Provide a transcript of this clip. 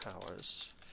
powers